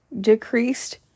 Decreased